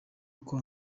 uko